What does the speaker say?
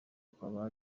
kwaba